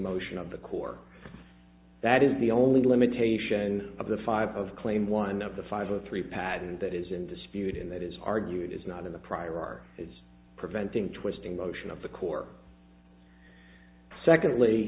motion on the core that is the only limitation of the five claim one of the five or three pad and that is in dispute and that is argued is not in the prior art is preventing twisting motion of the court secondly